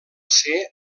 ser